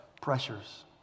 pressures